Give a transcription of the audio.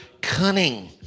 cunning